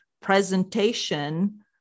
presentation